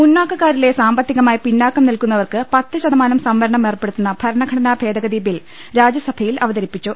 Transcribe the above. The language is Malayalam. മുന്നാക്കക്കാരിലെ സാമ്പത്തികമായി പിന്നാക്കം നിൽക്കുന്നവർക്ക് പത്ത് ശതമാനം സംവരണം ഏർപ്പെടുത്തുന്ന ഭരണഘടനാ ഭേദഗതി ബിൽ രാജ്യസഭയിൽ അവതരിപ്പിച്ചു